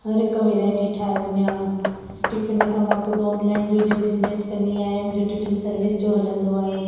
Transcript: हर हिक वैराइटी ठाहे वञा टिफ़िन खां मां ख़ुदि ऑनलाइन जो जीअं बिज़नेस कंदी आहियां मुंहिंजो टिफ़िन सर्विस जो हलंदो आहे